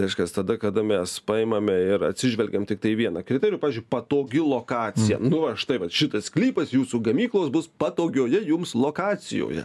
reiškias tada kada mes paimame ir atsižvelgiam tiktai į vieną kriterijų pavyzdžiui patogi lokacija nu va štai va šitas sklypas jūsų gamyklos bus patogioje jums lokacijoje